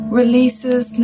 releases